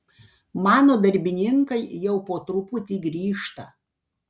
mano darbininkai jau po truputį grįžta